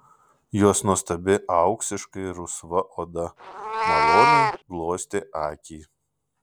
jos nuostabi auksiškai rusva oda maloniai glostė akį